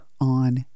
on